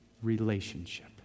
relationship